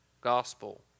gospel